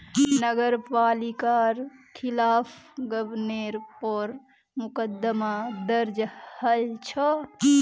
नगर पालिकार खिलाफ गबनेर पर मुकदमा दर्ज हल छ